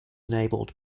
enabled